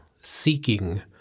seeking